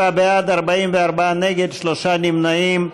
27 בעד, 44 נגד, שלושה נמנעים.